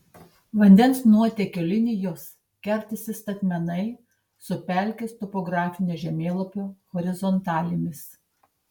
vandens nuotėkio linijos kertasi statmenai su pelkės topografinio žemėlapio horizontalėmis